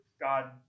God